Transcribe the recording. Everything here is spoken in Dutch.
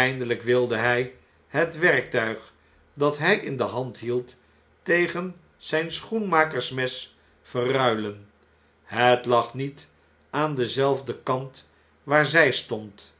eindeljjk wilde hjj het werktuig dat hij in de hand hield tegen zp schoenmakersmes verde schoenmaker ruilen het lag niet aan denzelfden kant waar zij stond